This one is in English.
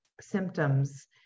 symptoms